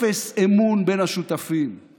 אפס אמון בין השותפים,